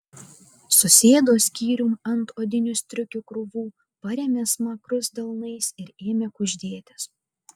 susėdo skyrium ant odinių striukių krūvų parėmė smakrus delnais ir ėmė kuždėtis